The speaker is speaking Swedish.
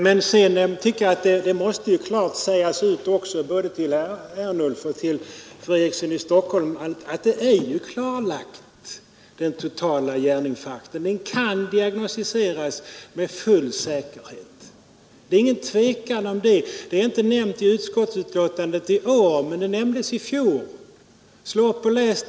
Men sedan tycker jag att det måste sägas ut, både till herr Ernulf och till fru Eriksson i Stockholm, att det är helt klarlagt att den totala hjärninfarkten kan diagnostiseras med full säkerhet. Det råder ingen som helst tvekan därom längre. Detta har inte nämnts i årets utskottsbetänkande, men det nämndes i fjol. Slå upp och läs!